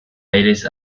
aires